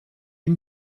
ihm